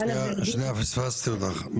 --- שנייה פספסתי אותך.